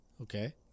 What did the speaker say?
Okay